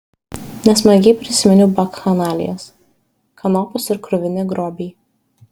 nesmagiai prisiminiau bakchanalijas kanopos ir kruvini grobiai